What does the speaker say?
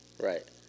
Right